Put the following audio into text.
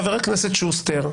חבר הכנסת שוסטר,